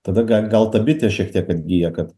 tada ga gal ta bitė šiek tiek atgyja kad